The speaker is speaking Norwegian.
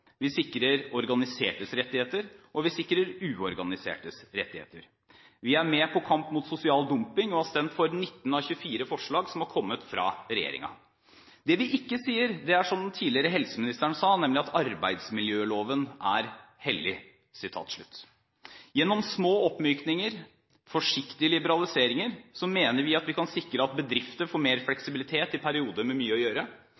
vi sikrer organisertes rettigheter, og vi sikrer uorganisertes rettigheter. Vi er med på kampen mot sosial dumping og har stemt for 19 av 24 forslag som har kommet fra regjeringen. Vi sier ikke det som den tidligere helseministeren sa, at arbeidsmiljøloven er hellig. Gjennom små oppmykninger og forsiktig liberalisering mener vi at vi kan sikre at bedrifter får mer fleksibilitet i perioder med mye å gjøre.